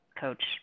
coach